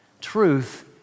Truth